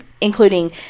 including